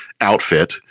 outfit